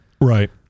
Right